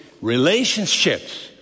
relationships